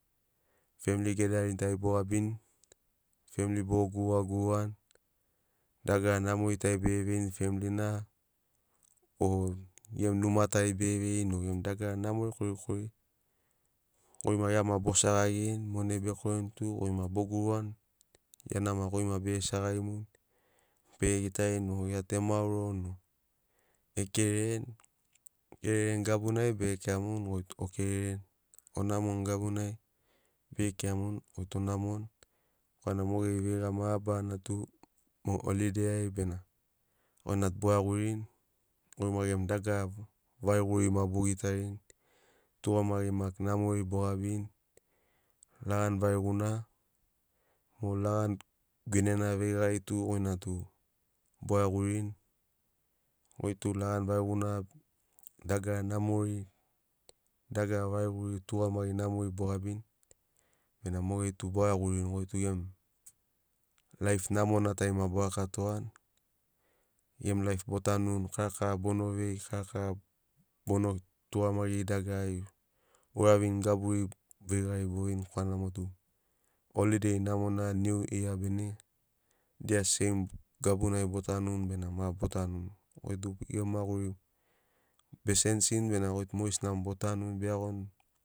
Family gathering tari bogo gabini family bogo guruga gurugani dagara namori tari bege veini family na o gemu numa tari bege veini o gemu dagara namori korikori goi ma gia ma bo segagirini monai bekorini tug oi ma bo gurugani gia na ma goi ma bege segagimuni, bege gitarini o gia tu e mauroni o e kerereni. E kerereni gabunai bege kiramuni o goitu o kerereni onamoni gabunai bege kiramuni goi tu onamoni orana mo geri veiga mabaranatu mo holiday ai bena goi na tu boiaguirini goi ma gemu dagara variguri ma bogitarini tugamagi maki namori bogabini lagani variguna mo lagani guinena veigari tug oi na tub o iaguirini goi tu lagani variguna dagara namori, dagara variguri tugamagi namori bo ganini bena mogeri tu oia guirini goi tug emu laif namotai ma bo raka togani. Gemu laif botanuni karakara bona vei, karakara bono tugamagiri dagarari ouravini gaburi veigari boveini korana mo tu holiday namona new year bene dia seim gabunai botanuni bena ma botanuni goi tug emu maguri be sensini bena goi tu mogesina mo bo tanuni be iagoni.